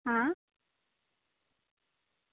હા